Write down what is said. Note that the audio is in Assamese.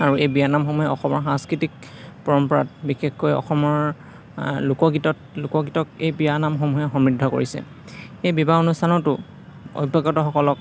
আৰু এই বিয়া নামসমূহে অসমৰ সাংস্কৃতিক পৰম্পৰাত বিশেষকৈ অসমৰ লোকগীতত লোকগীতক এইবিয়া নামসমূহে সমৃদ্ধ কৰিছে এই বিবাহ অনুষ্ঠানতো অভ্যাসগতসকলক